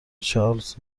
چارلز